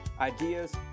Ideas